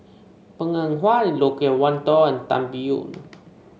Png Eng Huat Loke Wan Tho and Tan Biyun